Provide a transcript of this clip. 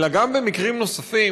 אלא גם במקרים נוספים,